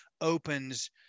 opens